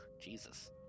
Jesus